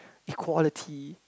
the quality